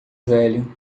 velho